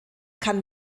kann